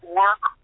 work